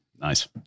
Nice